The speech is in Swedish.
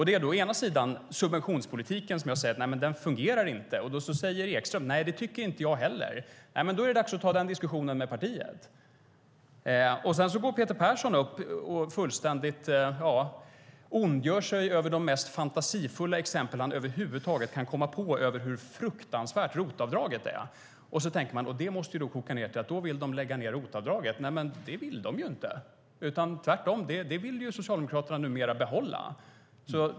Det är å ena sidan subventionspolitiken, där jag säger: Den fungerar inte. Då säger Ekström: Nej, det tycker inte jag heller. Då är det dags att ta den diskussionen med partiet. Sedan går Peter Persson upp och ondgör sig fullständigt över de mest fantasifulla exempel han kan komma på över huvud taget på hur fruktansvärt ROT-avdraget är. Då tänker man att det ju måste koka ned till att de vill lägga ned ROT-avdraget. Men det vill de inte, utan tvärtom vill Socialdemokraterna numera behålla det.